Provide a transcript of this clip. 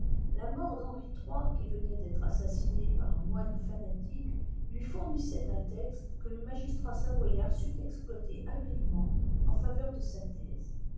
la mort d'henri iii qui venait d'être assassiné par un moine fanatique lui fournissait un texte que le magistrat savoyard sut exploiter habilement en faveur de sa thèse